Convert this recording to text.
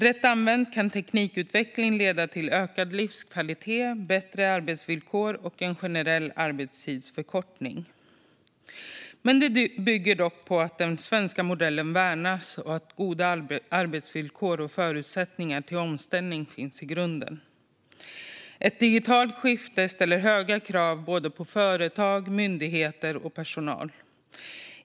Rätt använd kan teknikutveckling leda till ökad livskvalitet, bättre arbetsvillkor och en generell arbetstidsförkortning. Det bygger dock på att den svenska modellen värnas och att goda arbetsvillkor och förutsättningar till omställning finns i grunden. Ett digitalt skifte ställer höga krav på både företag, myndigheter och personal.